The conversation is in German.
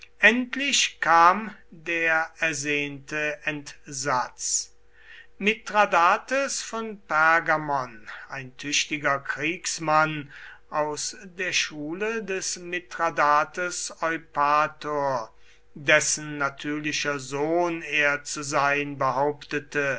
endlich kam der ersehnte entsatz mithradates von pergamon ein tüchtiger kriegsmann aus der schule des mithradates eupator dessen natürlicher sohn er zu sein behauptete